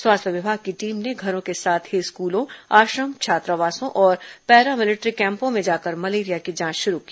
स्वास्थ्य विभाग की टीम ने घरों के साथ ही स्कूलों आश्रम छात्रावासों और पैरा मिलेट्री कैंपों में जाकर मलेरिया की जांच शुरू की